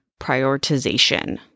prioritization